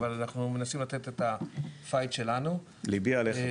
אבל אנחנו מנסים לתת את הפייט שלנו --- ליבי עליך,